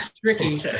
tricky